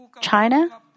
China